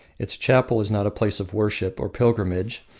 its chapel is not a place of worship or pilgrimage,